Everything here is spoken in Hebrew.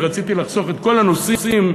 כי רציתי לחסוך את כל הנושאים,